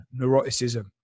neuroticism